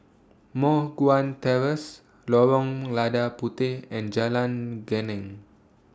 Moh Guan Terrace Lorong Lada Puteh and Jalan Geneng